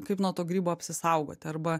kaip nuo to grybo apsisaugoti arba